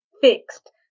fixed